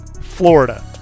Florida